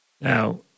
Now